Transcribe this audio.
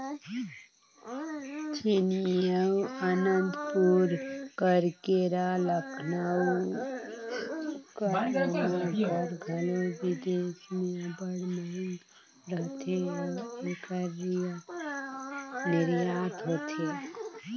थेनी अउ अनंतपुर कर केरा, लखनऊ कर आमा कर घलो बिदेस में अब्बड़ मांग रहथे अउ एकर निरयात होथे